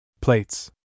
Plates